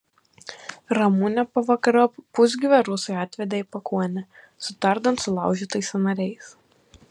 ramunę pavakariop pusgyvę rusai atvedė į pakuonį su tardant sulaužytais sąnariais